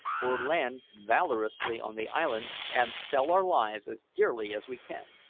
or land valorously on the island and sell our lives as dearly as we can.